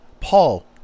Paul